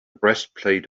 breastplate